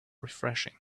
refreshing